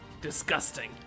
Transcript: Disgusting